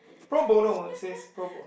pro bono it says pro bono